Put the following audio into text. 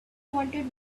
wanted